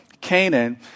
Canaan